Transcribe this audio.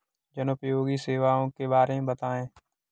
जनोपयोगी सेवाओं के बारे में बताएँ?